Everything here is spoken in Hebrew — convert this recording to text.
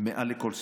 מעל לכל ספק.